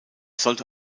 sollte